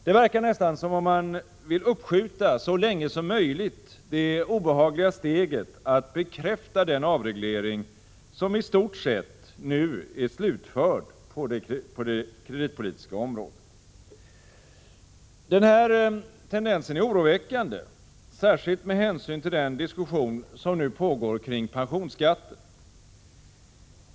Det verkar nästan som om man vill uppskjuta så länge som möjligt det obehagliga steget att bekräfta den avreglering som i stort sett nu är slutförd på det kreditpolitiska området. Denna tendens är oroväckande, särskilt med hänsyn till den diskussion som nu pågår kring pensionsskatten.